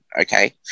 okay